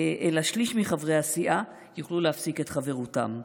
אלא שליש מחברי הסיעה יוכלו להפסיק את חברותם.